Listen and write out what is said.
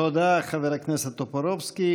תודה, חבר הכנסת טופורובסקי.